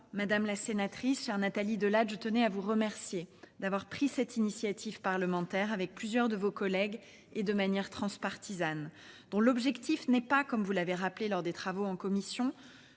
madame la sénatrice, cher Nathalie Delatt, je tenais à vous remercier d'avoir pris cette initiative parlementaire avec plusieurs de vos collègues et de manière transpartisane, dont l'objectif n'est pas, comme vous l'avez rappelé lors des travaux en commission,